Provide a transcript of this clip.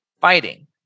fighting